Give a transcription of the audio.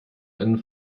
einen